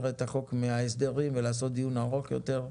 את החוק מההסדרים ולעשות דיון ארוך יותר,